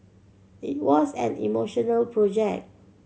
it was an emotional project